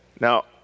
Now